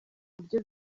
buryo